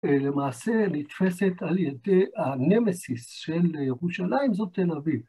למעשה נתפסת על ידי הנמסיס של ירושלים, זאת תל אביב.